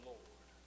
Lord